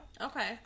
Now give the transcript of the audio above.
Okay